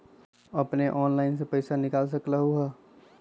अपने ऑनलाइन से पईसा निकाल सकलहु ह?